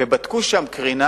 ובדקו שם קרינה.